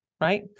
right